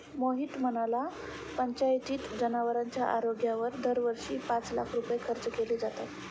मोहित म्हणाला, पंचायतीत जनावरांच्या आरोग्यावर दरवर्षी पाच लाख रुपये खर्च केले जातात